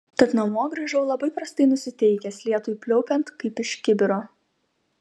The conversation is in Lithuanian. tad namo grįžau labai prastai nusiteikęs lietui pliaupiant kaip iš kibiro